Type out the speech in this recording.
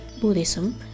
Buddhism